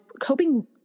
coping